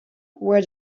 where